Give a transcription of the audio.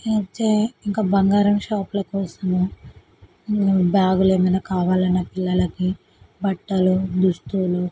ఇంకా బంగారం షాపుల కోసమూ ఇంకా బ్యాగులు ఏమైనా కావాలన్నా పిల్లలకి బట్టలు దుస్తులు